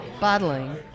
bottling